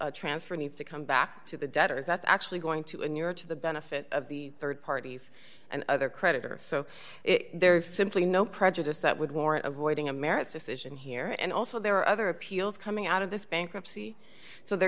capital transfer needs to come back to the debtors that's actually going to inure to the benefit of the rd parties and other creditors so there is simply no prejudice that would warrant avoiding a merits decision here and also there are other appeals coming out of this bankruptcy so they're